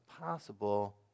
possible